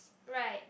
right